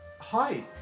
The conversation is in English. Hi